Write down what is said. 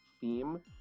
theme